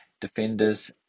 defenders